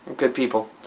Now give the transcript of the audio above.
good people.